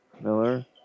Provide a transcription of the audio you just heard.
Miller